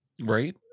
Right